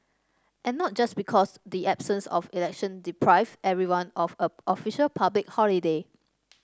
and not just because the absence of election deprived everyone of a official public holiday